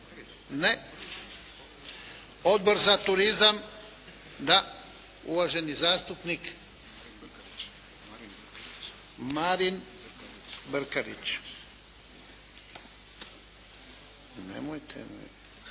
Ne. Odbor za turizam? Da. Uvaženi zastupnik Marin Brkarić. **Brkarić, Marin